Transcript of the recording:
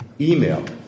email